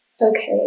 okay